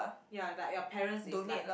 ya like your parents is like